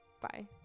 Bye